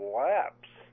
lapse